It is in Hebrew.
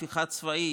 הפיכה צבאית,